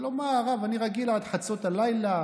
אמר לו הרב: אני רגיל עד חצות הלילה,